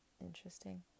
Interesting